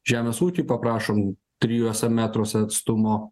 žemės ūky paprašom trijuose metruose atstumo